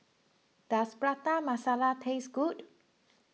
does Prata Masala taste good